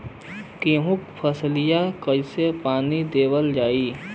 गेहूँक फसलिया कईसे पानी देवल जाई?